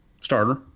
starter